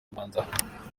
rwanda